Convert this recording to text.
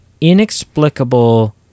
inexplicable